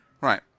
right